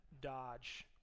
dodge